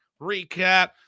recap